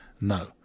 no